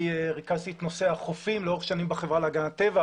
שריכזתי את נושא החופים לאורך שנים בחברה להגנת הטבע,